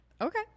Okay